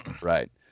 right